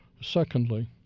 Secondly